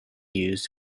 used